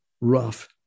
rough